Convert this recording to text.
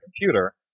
computer